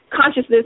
consciousness